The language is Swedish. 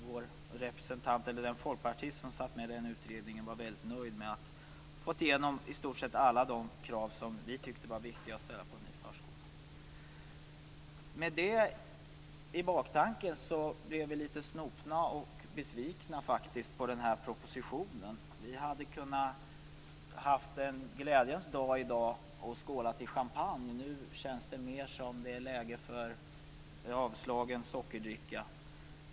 Den representant från Folkpartiet som satt med i den utredningen var väldigt nöjd med att ha fått igenom i stort sett alla de krav som vi tyckte var viktigast när det gällde förskolan. Med detta som bakgrund blev vi faktiskt litet snopna och besvikna över den här propositionen. Vi hade kunnat ha en glädjens dag i dag och skålat i champagne. Nu känns det mer som att det är läge för avslagen sockerdricka.